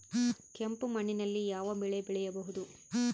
ಕೆಂಪು ಮಣ್ಣಿನಲ್ಲಿ ಯಾವ ಬೆಳೆ ಬೆಳೆಯಬಹುದು?